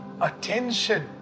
attention